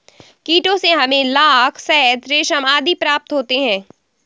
कीटों से हमें लाख, शहद, रेशम आदि प्राप्त होते हैं